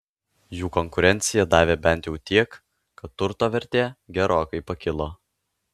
jų konkurencija davė bent jau tiek kad turto vertė gerokai pakilo